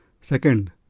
Second